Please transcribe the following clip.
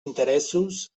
interessos